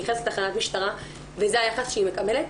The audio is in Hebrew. נכנסת לתחנת משטרה וזה היחס שהיא מקבלת,